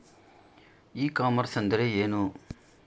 E commerce ಎಂದರೆ ಏನು?